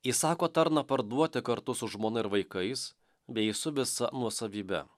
įsako tarną parduoti kartu su žmona ir vaikais bei su visa nuosavybe